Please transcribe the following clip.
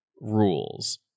rules